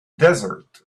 desert